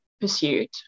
pursuit